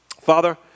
Father